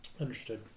Understood